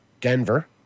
Denver